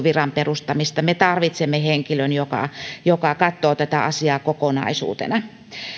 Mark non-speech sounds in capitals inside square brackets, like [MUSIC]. [UNINTELLIGIBLE] viran perustamista me tarvitsemme henkilön joka joka katsoo tätä asiaa kokonaisuutena